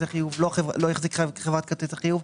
חיוב או לא החזיק חברת כרטיסי חיוב.